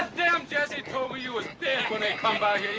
damn jesse told me you was dead when they come